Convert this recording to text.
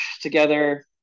together